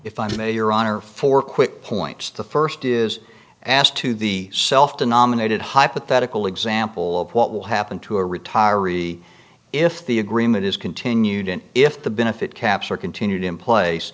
if i may your honor for quick points the first is asked to the self denominated hypothetical example of what will happen to a retiree if the agreement is continued and if the benefit caps are continued in place